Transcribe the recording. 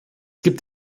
gibt